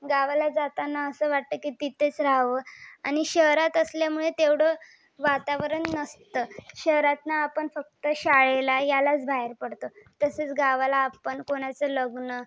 गावाला जाताना असं वाटतं की तिथेच राहावं आणि शहरात असल्यामुळे तेवढं वातावरण नसतं शहरात न आपण फक्त शाळेला ह्यालाच बाहेर पडतो तसेच गावाला आपण कोणाचं लग्न